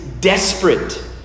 desperate